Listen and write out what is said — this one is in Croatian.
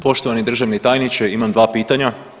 Poštovani državni tajniče, imam 2 pitanja.